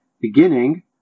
beginning